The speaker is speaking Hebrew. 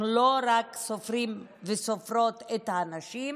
אנחנו לא רק סופרים וסופרות את הנשים,